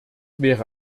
wäre